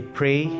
pray